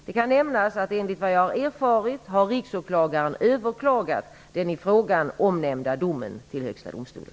Det kan nämnas att enligt vad jag har erfarit har Riksåklagaren överklagat den i frågan omnämnda domen till Högsta domstolen.